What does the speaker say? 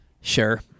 Sure